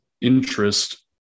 interest